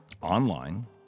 online